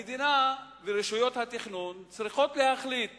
המדינה ורשויות התכנון צריכות להחליט